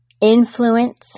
Influence